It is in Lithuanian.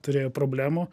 turėjo problemų